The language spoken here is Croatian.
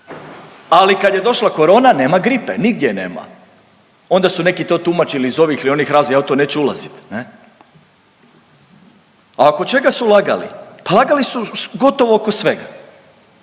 Ali kad je došla korona nema gripe nigdje je nema, onda su neki to tumačili iz ovih ili onih razloga ja u to neću ulazit. A oko čega su lagali? Pa lagali su gotovo oko svega.